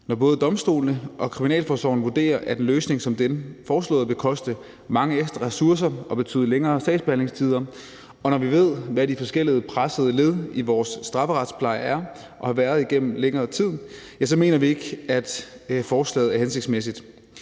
Når både domstolene og kriminalforsorgen vurderer, at en løsning som den foreslåede vil koste mange ekstra ressourcer og betyde længere sagsbehandlingstider, og når vi ved, hvad de forskellige pressede led i vores strafferetspleje er og har været igennem længere tid, så mener vi ikke, at forslaget er hensigtsmæssigt.